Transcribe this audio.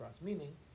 Meaning